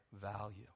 value